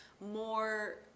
more